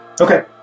Okay